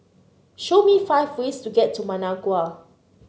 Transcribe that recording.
show me five ways to get to Managua